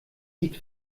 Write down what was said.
sieht